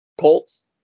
Colts